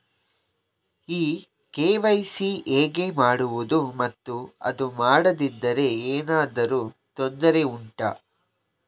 ಈ ಕೆ.ವೈ.ಸಿ ಹೇಗೆ ಮಾಡುವುದು ಮತ್ತು ಅದು ಮಾಡದಿದ್ದರೆ ಏನಾದರೂ ತೊಂದರೆ ಉಂಟಾ